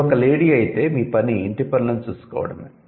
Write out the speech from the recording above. మీరు ఒక 'లేడీ' అయితే మీ పని ఇంటి పనులను చూసుకోవడమే